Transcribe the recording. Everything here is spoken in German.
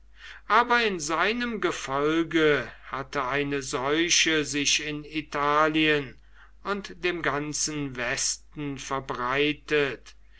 aber in seinem gefolge hatte eine seuche sich in italien und dem ganzen westen verbreitet